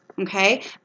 okay